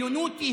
היה